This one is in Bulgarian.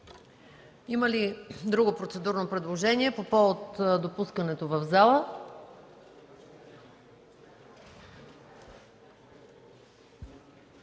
Има ли друго процедурно предложение по повод допускането в залата?